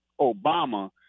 Obama